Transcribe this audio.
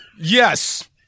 Yes